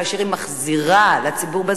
כאשר היא מחזירה לציבור,